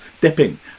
dipping